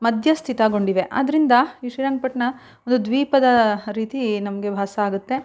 ಮಧ್ಯಸ್ಥಿತಗೊಂಡಿವೆ ಆದ್ದರಿಂದ ಈ ಶ್ರೀರಂಗಪಟ್ಣ ಒಂದು ದ್ವೀಪದ ರೀತಿ ನಮಗೆ ಭಾಸ ಆಗುತ್ತೆ